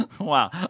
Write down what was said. Wow